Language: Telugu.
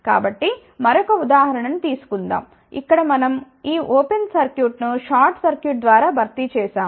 కాబట్టి మరొక ఉదాహరణ ను తీసుకుందాం ఇక్కడ మనం ఈ ఓపెన్ సర్క్యూట్ను షార్ట్ సర్క్యూట్ ద్వారా భర్తీ చేసాము